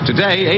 Today